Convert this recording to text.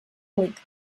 length